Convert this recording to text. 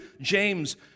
James